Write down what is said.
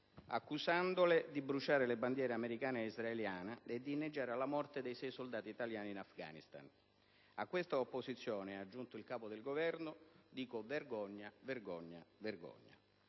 accusandole di bruciare le bandiere americana ed israeliana e di inneggiare alla morte dei sei soldati italiani in Afghanistan. «A questa opposizione» - ha aggiunto il Capo del Governo -«(...) dico: vergogna, vergogna, vergogna».